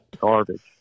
garbage